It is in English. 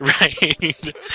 Right